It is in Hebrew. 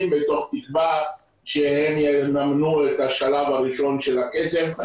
מתוך תקווה שהם יממנו את השלב הראשון של הכסף,